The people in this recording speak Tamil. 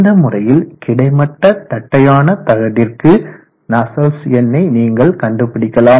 இந்த முறையில் கிடைமட்ட தட்டையான தகடிற்கு நஸ்சல்ட்ஸ் எண்ணை நீங்கள் கண்டுபிடிக்கலாம்